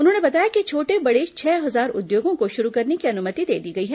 उन्होंने बताया कि छोटे बड़े छह हजार उद्योगों को शुरू करने की अनुमति दे दी गई है